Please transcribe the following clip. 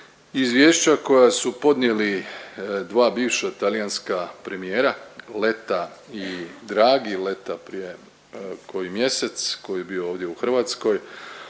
Izvješća koja su podnijeli dva bivša talijanska premijera Leta i Dragi. Leta prije koji mjesec koji je bio ovdje u Hrvatskoj.